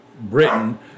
Britain